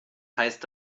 heißt